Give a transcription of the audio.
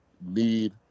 need